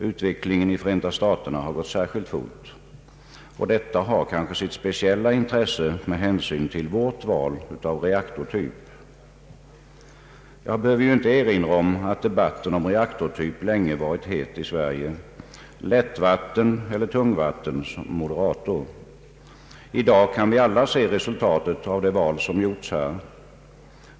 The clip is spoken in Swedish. Utvecklingen i Förenta staterna har gått särskilt fort. Och detta har sitt speciella intresse med hänsyn till vårt val av reaktortyp. Jag behöver inte erinra om att debatten om reaktortyp länge varit het i Sverige — lättvatten eller tungvatten som moderator. I dag kan vi alla se resultatet av det val som gjorts här.